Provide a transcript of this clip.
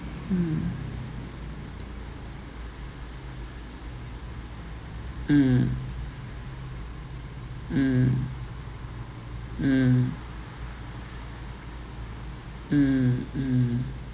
mm mm mm mm mm mm